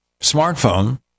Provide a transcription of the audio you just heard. smartphone